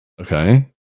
Okay